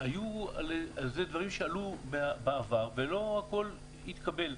אלה דברים שעלו בעבר ולא הכול התקבל.